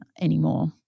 anymore